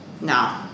No